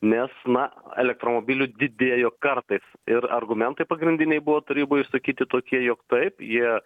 nes na elektromobilių didėjo kartais ir argumentai pagrindiniai buvo taryboj išsakyti tokie jog taip jie